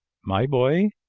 my boy,